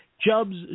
Jobs